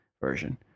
version